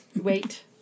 wait